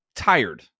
tired